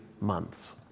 months